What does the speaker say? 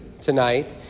tonight